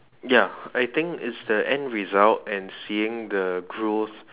ya I think it's the end result and seeing the growth